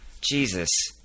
Jesus